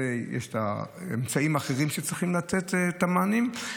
לזה יש אמצעים אחרים שצריכים לתת את המענים,